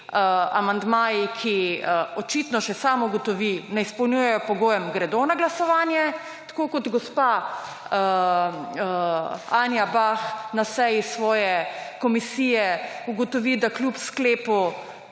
amandmaji, ki očitno, še sam ugotovi, ne izpolnjujejo pogojev, gredo na glasovanje, tako kot gospa Anja Bah na seji svoje komisije ugotovi, da kljub sklepu